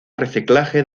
reciclaje